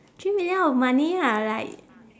three million of money lah like